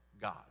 God